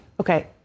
Okay